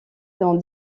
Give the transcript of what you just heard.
dans